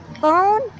phone